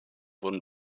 wurden